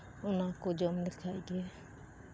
ᱚᱱᱟ ᱠᱚ ᱡᱚᱢ ᱞᱮᱠᱷᱟᱱ ᱜᱮ